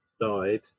died